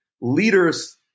leaders